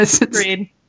Agreed